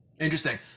Interesting